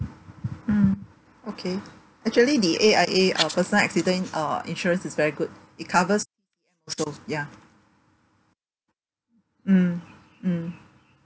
mm okay actually the A_I_A uh personal accident uh insurance is very good it covers ya mm mm